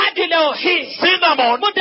Cinnamon